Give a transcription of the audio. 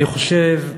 אני חושב,